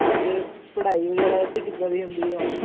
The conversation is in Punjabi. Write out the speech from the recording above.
ਤੇ ਪੜ੍ਹਾਈ ਵਗੈਰਾ ਇਥੇ ਕਿਦਾਂ ਦੀ ਹੁੰਦੀ ਆ